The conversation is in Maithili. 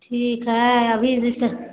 ठीक हय अभी जैसे